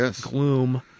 gloom